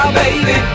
baby